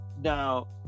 now